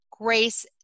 Grace